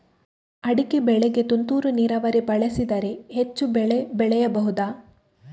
ಅಡಿಕೆ ಬೆಳೆಗೆ ತುಂತುರು ನೀರಾವರಿ ಬಳಸಿದರೆ ಹೆಚ್ಚು ಬೆಳೆ ಬೆಳೆಯಬಹುದಾ?